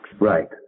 Right